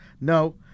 No